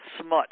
smut